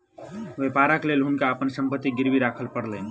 व्यापारक लेल हुनका अपन संपत्ति गिरवी राखअ पड़लैन